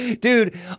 Dude